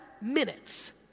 minutes